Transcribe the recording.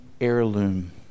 heirloom